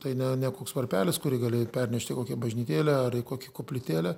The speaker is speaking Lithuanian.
tai ne ne koks varpelis kurį gali pernešti į kokią bažnytėlę ar į kokią koplytėlę